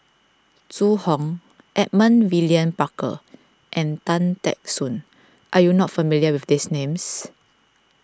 Zhu Hong Edmund William Barker and Tan Teck Soon are you not familiar with these names